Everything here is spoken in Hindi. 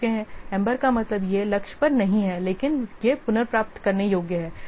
एम्बर का मतलब यह लक्ष्य पर नहीं है लेकिन यह पुनर्प्राप्त करने योग्य है